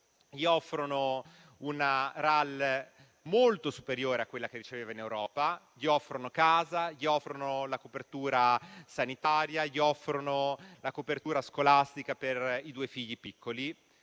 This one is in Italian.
gli offrono una RAL molto superiore a quella che riceveva in Europa, gli offrono casa, gli offrono la copertura sanitaria e la copertura scolastica per i due figli piccoli.